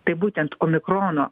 tai būtent omikrono